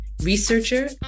Researcher